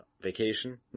vacation